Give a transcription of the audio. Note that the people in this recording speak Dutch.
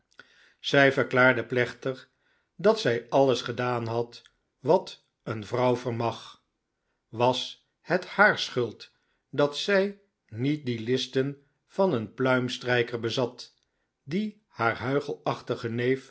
zij verklaarde plechtig dat zij alles gedaan had wat een vrouw vermag was het haar schuld dat zij niet die listen van een pluimstrijker bezat die haar